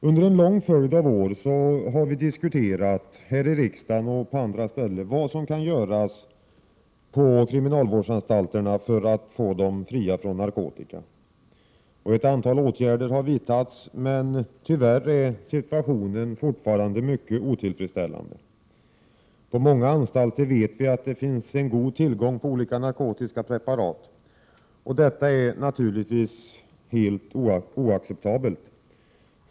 Under en lång följd av år har vi diskuterat, här i riksdagen och på andra ställen, vad som kan göras på kriminalvårdsanstalterna för att få dem fria från narkotika. Ett antal åtgärder har också vidtagits men tyvärr är situationen fortfarande mycket otillfredsställande. Vi vet att på många anstalter finns det god tillgång på olika narkotiska preparat. Detta är naturligtvis helt oacceptabelt.